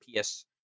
PS